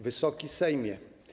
Wysoki Sejmie!